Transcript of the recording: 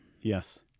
Yes